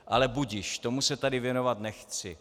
Ale budiž, tomu se tady věnovat nechci.